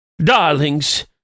Darlings